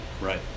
right